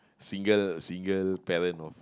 single single parent of